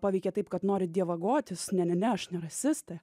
paveikė taip kad norit dievagotis ne ne ne aš ne rasistė